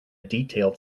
detailed